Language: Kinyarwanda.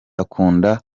akunda